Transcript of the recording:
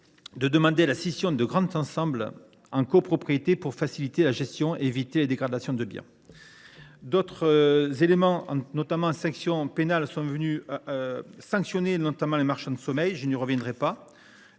de demander la scission de grands ensembles en copropriété pour faciliter la gestion et éviter les dégradations de biens. D’autres éléments, notamment en matière pénale, visent à sanctionner les marchands de sommeil, je n’y reviendrai pas.